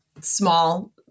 small